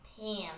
Pam